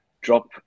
drop